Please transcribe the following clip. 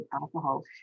alcohol